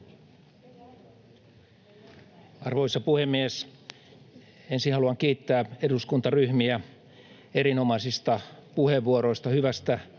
Arvoisa puhemies! Ensin haluan kiittää eduskuntaryhmiä erinomaisista puheenvuoroista, hyvästä